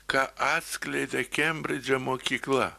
ką atskleidė kembridžo mokykla